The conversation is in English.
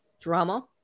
drama